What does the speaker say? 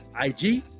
ig